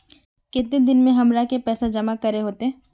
केते दिन में हमरा के पैसा जमा करे होते?